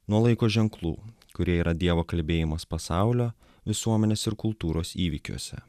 nuo laiko ženklų kurie yra dievo kalbėjimas pasaulio visuomenės ir kultūros įvykiuose